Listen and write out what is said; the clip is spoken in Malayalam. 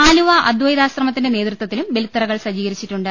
ആലുവ അദ്വൈതാശ്രമത്തിന്റെ നേതൃത്വത്തിലും ബലിത്തറ കൾ സജ്ജീകരിച്ചിട്ടുണ്ട്